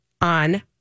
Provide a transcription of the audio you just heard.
on